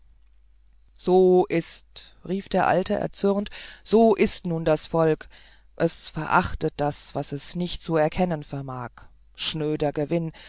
so ist rief der alte erzürnt so ist nun das volk es verachtet das was es nicht zu erkennen vermag schnöder gewinn